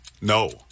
No